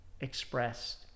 expressed